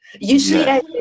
usually